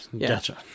Gotcha